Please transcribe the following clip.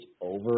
over